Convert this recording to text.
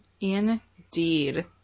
Indeed